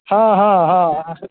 हँ हँ हँ